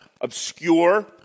obscure